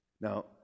Now